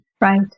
Right